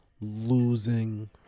losing